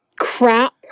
crap